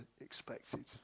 expected